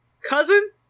cousin